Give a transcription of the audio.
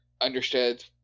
understood